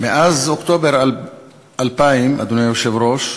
מאז אוקטובר 2000, אדוני היושב-ראש,